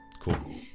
Cool